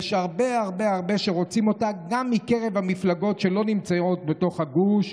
יש הרבה הרבה שרוצים אותה גם מקרב המפלגות שלא נמצאות בתוך הגוש,